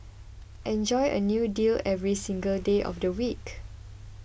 enjoy a new deal every single day of the week